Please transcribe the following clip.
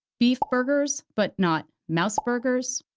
beef burgers, but not mouse burgers?